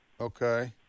Okay